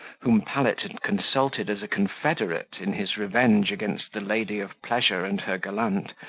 whom pallet had consulted as a confederate in his revenge against the lady of pleasure and her gallant,